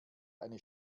eine